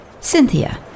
Cynthia